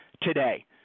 today